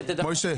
אלקין,